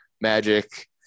Magic